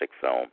film